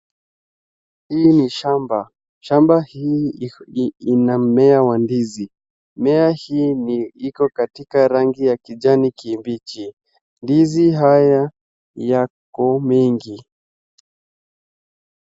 Hili ni shamba. Shamba hii ina mmea wa ndizi. Mimea hii ni iko katika rangi ya kijani kimbichi. Ndizi haya yako mengi.